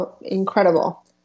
incredible